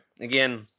again